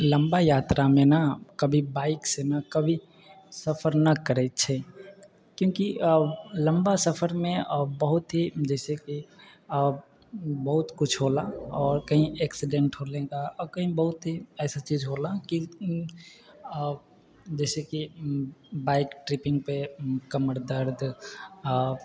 लम्बा यात्रा मे न कभी बाइक से न कभी सफर न करै छै क्युकी लम्बा सफर मे बहुत ही जैसेकी बहुत कुछ होला आओर कही एक्सीडेंट होनेका आ कही बहुत ही ऐसा चीज होला की जैसेकी बाइक ट्रिपिंग पे कमर दर्द आ